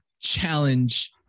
challenge